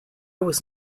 was